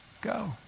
go